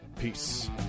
peace